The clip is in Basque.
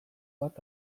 bat